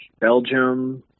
belgium